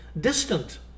distant